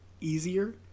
easier